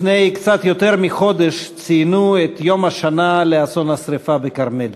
לפני קצת יותר מחודש ציינו את יום השנה לאסון השרפה בכרמל,